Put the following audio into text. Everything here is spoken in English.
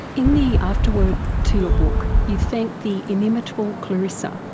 in the afterword to your book you thank the inimitable clarissa,